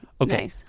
Okay